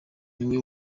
niwe